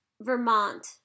Vermont